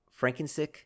Frankensick